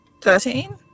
Thirteen